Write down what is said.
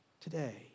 today